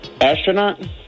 Astronaut